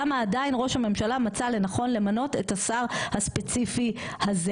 למה עדיין ראש הממשלה מצא לנכון למנות את השר הספציפי הזה?